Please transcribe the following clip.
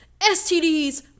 STDs